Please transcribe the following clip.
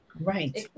Right